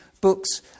books